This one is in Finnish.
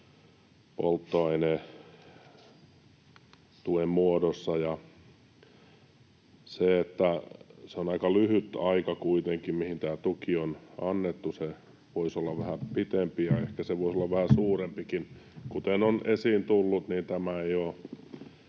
polttoainetuen muodossa. Se on aika lyhyt aika kuitenkin, mihin tämä tuki on annettu — se voisi olla vähän pitempi, ja ehkä se voisi olla vähän suurempikin. Kuten on esiin tullut, niin tämä tuki ei ole